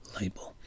label